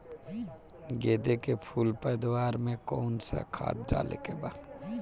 गेदे के फूल पैदवार मे काउन् सा खाद डाले के बा?